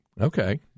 okay